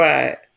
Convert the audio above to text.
Right